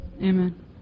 Amen